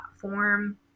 platform